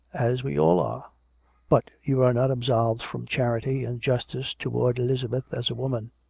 as we all are but you are not absolved from charity and justice towards elizabeth as a woman.